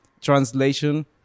translation